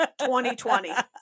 2020